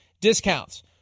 discounts